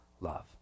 love